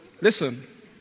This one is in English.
Listen